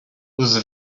whose